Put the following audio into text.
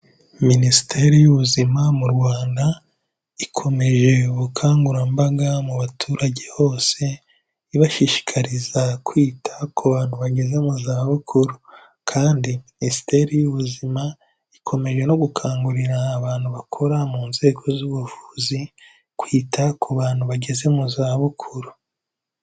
Minisiteri y'ubuzima mu Rwanda ikomeje ubukangurambaga mu baturage bose ibashishikariza kwita ku bantu bageze mu zabukuru, kandi Minisiteri y'ubuzima ikomeje no gukangurira abantu bakora mu nzego z'ubuvuzi kwita ku bantu bageze mu zabukuru.